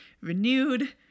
renewed